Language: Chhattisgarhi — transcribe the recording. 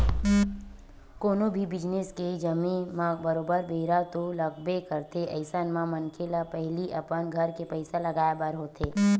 कोनो भी बिजनेस के जमें म बरोबर बेरा तो लगबे करथे अइसन म मनखे ल पहिली अपन घर के पइसा लगाय बर होथे